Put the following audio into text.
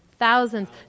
thousands